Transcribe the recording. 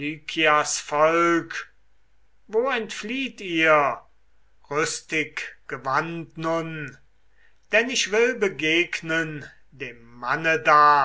volk wo entflieht ihr rüstig gewandt nun denn ich will begegnen dem manne da